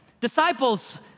disciples